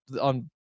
on